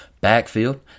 backfield